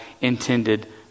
intended